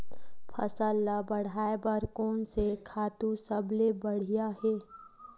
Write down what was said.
फसल ला बढ़ाए बर कोन से खातु सबले बढ़िया हे?